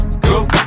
go